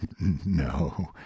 No